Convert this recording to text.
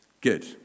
Good